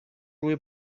روی